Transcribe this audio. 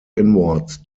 inwards